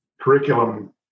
Curriculum